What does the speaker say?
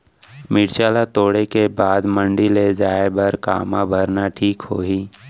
मिरचा ला तोड़े के बाद मंडी ले जाए बर का मा भरना ठीक होही?